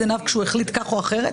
עיני השופט כשהוא החליט כך או אחרת?